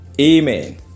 Amen